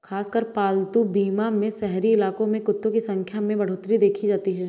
खासकर पालतू बीमा में शहरी इलाकों में कुत्तों की संख्या में बढ़ोत्तरी देखी जाती है